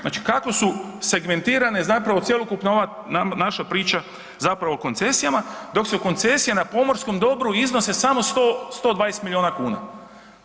Znači kako su segmentirane zapravo cjelokupno ova naša priča zapravo o koncesijama dok su koncesije na pomorskom dobru iznose samo 120 miliona kuna.